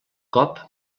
cop